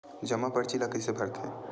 जमा परची ल कइसे भरथे?